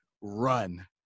run